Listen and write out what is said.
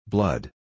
Blood